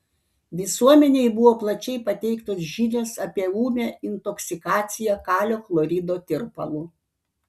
visuomenei buvo plačiai pateiktos žinios apie ūmią intoksikaciją kalio chlorido tirpalu